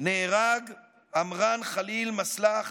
נהרג עמראן ח'ליל מצלח